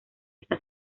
esta